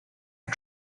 for